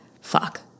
fuck